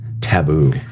taboo